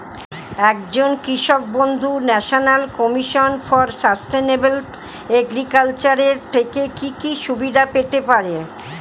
একজন কৃষক বন্ধু national commission for sustainable agriculture এর থেকে কি কি সুবিধা পেতে পারে?